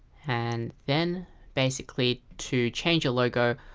and then basically to change a logo,